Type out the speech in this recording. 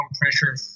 pressure